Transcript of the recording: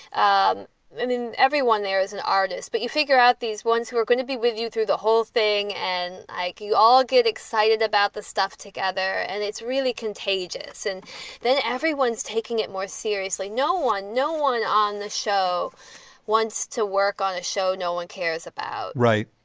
um then then everyone there is an artist. but you figure out these ones who are going to be with you through the whole thing. and you all get excited about the stuff together and it's really contagious and then everyone's taking it more seriously. no one, no one on the show wants to work on a show no one cares about right.